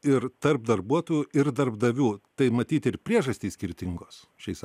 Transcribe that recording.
ir tarp darbuotojų ir darbdavių tai matyt ir priežastys skirtingos šiais a